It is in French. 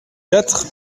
quatre